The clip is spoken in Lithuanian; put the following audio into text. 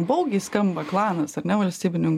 baugiai skamba klanas ar ne valstybinių